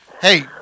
Hey